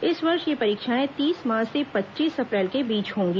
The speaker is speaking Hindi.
इस वर्ष ये परीक्षाएं तीस मार्च से पच्चीस अप्रैल के बीच होगी